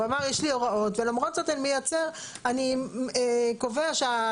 הוא אמר יש לי הוראות ולמרות זאת אני קובע שהיבואן.